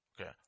Okay